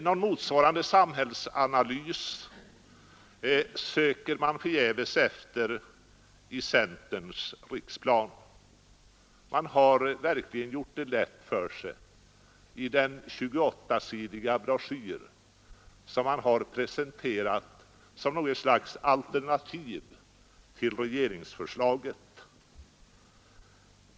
Någon motsvarande samhällsanalys söker vi förgäves efter i centerns riksplan. Man har verkligen gjort det lätt för sig i den 28-sidiga broschyr som man här presenterat som något slags alternativ till regeringsförslaget.